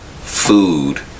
food